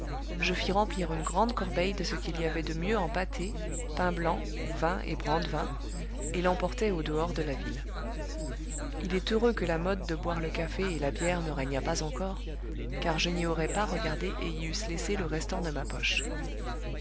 je fis remplir une grande corbeille de ce qu'il y avait de mieux en pâtés pain blanc vin et brandevin et l'emportai au dehors de la ville il est heureux que la mode de boire le café et la bière ne régnât pas encore car je n'y aurais pas regardé et y eusse laissé le restant de ma poche